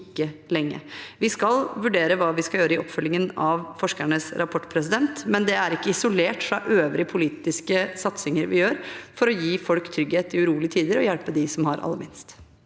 Vi skal vurdere hva vi skal gjøre i oppfølgingen av forskernes rapport, men det er ikke isolert fra øvrige politiske satsinger vi gjør for å gi folk trygghet i urolige tider og hjelpe dem som har aller minst.